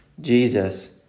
Jesus